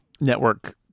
network